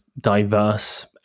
diverse